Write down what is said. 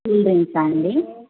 cool drinks అండి